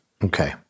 Okay